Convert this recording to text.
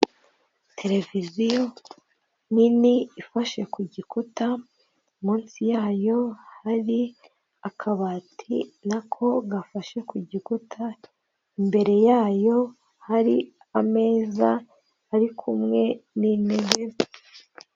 Televiziyo nini ifashe ku gikuta, munsi yayo hari akabati, nako gafashe ku gikuta, imbere yayo hari ameza ari kumwe n'intebe.